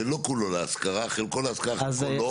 שלא כולו להשכרה חלקו להשכרה וחלקו לא,